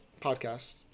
podcast